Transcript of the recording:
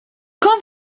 quand